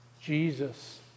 Jesus